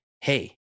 hey